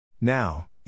Now